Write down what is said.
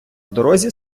дорозі